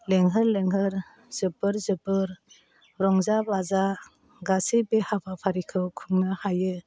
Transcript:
लेंहोर लेंहोर जोबोर जोबोर रंजा बाजा गासैबो हाबाफारिखौ खुंनो हायो